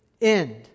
end